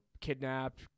kidnapped